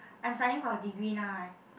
I'm studying for a degree now right